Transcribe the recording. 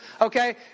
okay